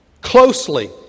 closely